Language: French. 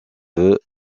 veux